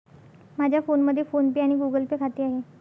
माझ्या फोनमध्ये PhonePe आणि गुगल पे खाते आहे